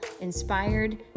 inspired